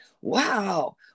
Wow